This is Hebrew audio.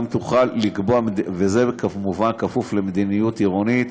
וזה כמובן בכפוף למדיניות עירונית,